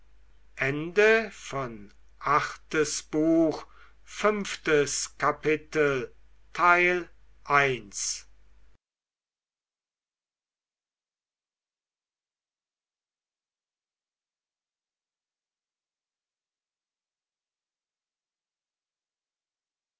achtes buch erstes kapitel